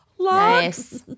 Nice